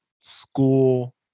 school